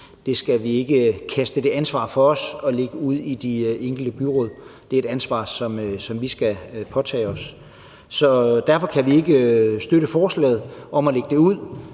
Vi skal ikke kaste ansvaret fra os og lægge det ud i de enkelte byråd. Det er et ansvar, som vi skal påtage os. Så derfor kan vi ikke støtte forslaget om at lægge det ud,